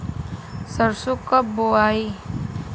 सरसो कब बोआई?